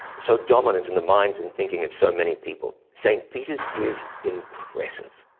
so dominant in the minds and thinking of so many people. st. peter's is impressive.